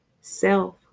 self